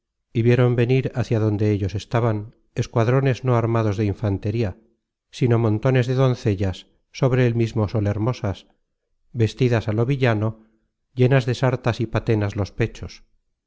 y vieron venir hácia donde ellos estaban escuadrones no armados de infantería sino montones de doncellas sobre el mismo sol hermosas vestidas á lo villano llenas de sartas y patenas los pechos